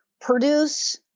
produce